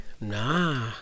Nah